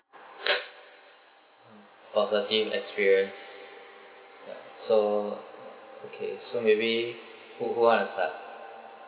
positive experience ya so okay so maybe who who want to start